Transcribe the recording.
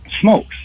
smokes